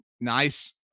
nice